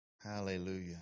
Hallelujah